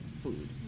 food